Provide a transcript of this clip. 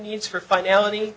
needs for finality